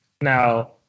Now